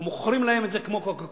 או מוכרים להם את זה כמו "קוקה-קולה"?